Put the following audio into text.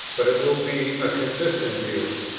but it will be a consistent view.